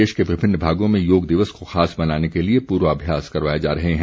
प्रदेश के विभिन्न भागों में योग दिवस को खास बनाने के लिए पूर्वाभ्यास करवाए जा रहे हैं